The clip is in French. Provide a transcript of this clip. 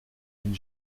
une